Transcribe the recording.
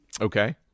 Okay